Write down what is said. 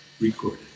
recorded